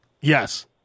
Yes